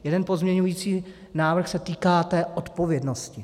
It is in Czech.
Jeden pozměňovací návrh se týká odpovědnosti.